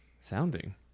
Sounding